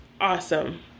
awesome